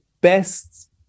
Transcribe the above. best